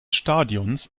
stadions